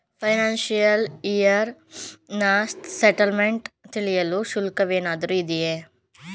Financial year ನ statement ತಿಳಿಯಲು ಶುಲ್ಕವೇನಾದರೂ ಇದೆಯೇ?